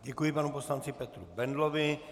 Děkuji panu poslanci Petru Bendlovi.